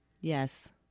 Yes